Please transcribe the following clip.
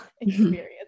experience